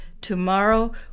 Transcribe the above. Tomorrow